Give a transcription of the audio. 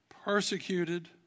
persecuted